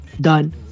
done